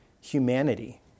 humanity